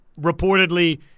reportedly